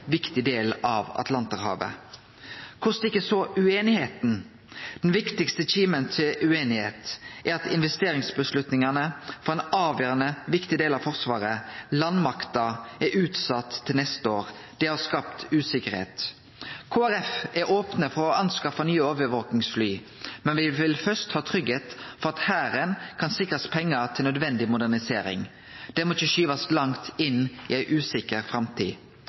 viktig del av Atlanterhavet. Kvar stikk så ueinigheita? Den viktigaste kimen til ueinigheit er at investeringsavgjerdene for ein avgjerande, viktig del av Forsvaret, landmakta, er utsette til neste år. Det har skapt usikkerheit. Kristeleg Folkeparti er opne for å skaffe nye overvakingsfly, men me vil først vere trygge på at Hæren kan sikrast pengar til nødvendig modernisering. Det må ikkje skyvast langt inn i ei usikker framtid,